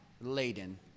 laden